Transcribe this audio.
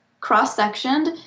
cross-sectioned